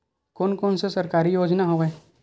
कोन कोन से सरकारी योजना हवय?